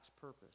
purpose